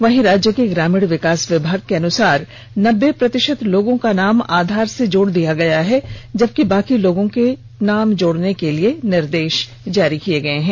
वहीं राज्य के ग्रामीण विकास विभाग के अनुसार नब्बे प्रतिषत लोगों का नाम आधार से जोड़ दिया गया है जबकि षेष लोगों को जोड़ने के लिए निर्देष जारी किया गया है